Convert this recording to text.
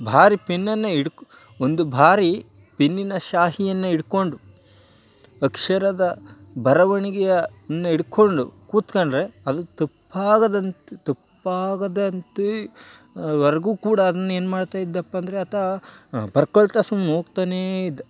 ಭಾರಿ ಪೆನ್ನನ್ನು ಹಿಡ್ಕು ಒಂದು ಭಾರಿ ಪೆನ್ನಿನ ಶಾಯಿಯನ್ನ ಹಿಡ್ಕೊಂಡು ಅಕ್ಷರದ ಬರವಣಿಗೆಯನ್ನು ಹಿಡ್ಕೊಂಡು ಕೂತ್ಕೊಂಡ್ರೆ ಅದು ತಪ್ಪಾಗದಂತೆ ತಪ್ಪಾಗದ ವರೆಗೂ ಕೂಡ ಅದ್ನ ಏನು ಮಾಡ್ತಾಯಿದ್ದಪ್ಪಂದರೆ ಅಂದರೆ ಆತ ಬರ್ಕೊಳ್ತಾ ಸುಮ್ನೆ ಹೋಗ್ತಾನೇ ಇದ್ದ